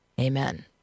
Amen